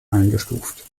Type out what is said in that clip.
eingestuft